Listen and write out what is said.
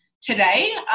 today